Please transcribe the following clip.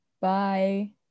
Bye